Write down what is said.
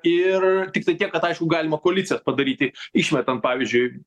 ir tiktai tiek kad aišku galima koalicijas padaryti išmetant pavyzdžiui